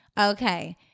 Okay